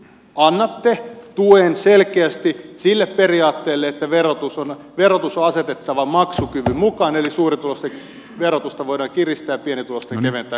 nyt annatte tuen selkeästi sille periaatteelle että verotus on asetettava maksukyvyn mukaan eli suurituloisten verotusta voidaan kiristää ja pienituloisten keventää